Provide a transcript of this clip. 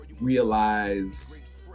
realize